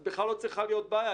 אז בכלל לא צריכה להיות בעיה.